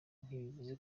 ntibivuze